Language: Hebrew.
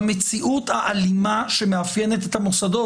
במציאות האלימה שמאפיינת את המוסדות,